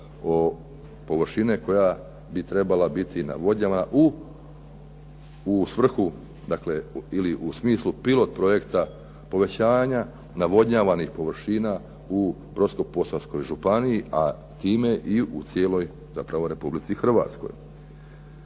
površine koja bi trebala biti navodnjavana u svrhu ili u smislu pilot projekta povećanja navodnjavanih površina u Brodsko-posavskoj županiji, a time i u cijeloj Republici Hrvatskoj.